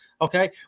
Okay